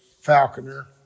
falconer